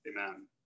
Amen